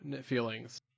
feelings